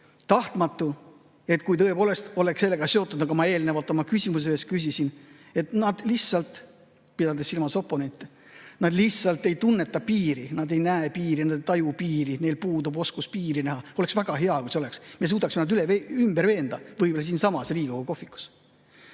tahtmatu, kui see tõepoolest oleks seotud sellega, nagu ma eelnevalt oma küsimuses mainisin, et nad lihtsalt – pidades silmas oponente – ei tunneta piiri, ei näe piiri, ei taju piiri, neil puudub oskus piiri näha. Oleks väga hea, kui me suudaksime nad ümber veenda, võib-olla siinsamas Riigikogu kohvikus.